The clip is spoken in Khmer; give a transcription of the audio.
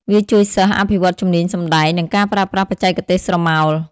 វាជួយសិស្សអភិវឌ្ឍជំនាញសម្តែង និងការប្រើប្រាស់បច្ចេកទេសស្រមោល។